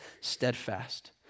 steadfast